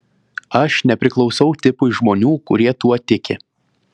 aš nepriklausau tipui žmonių kurie tuo tiki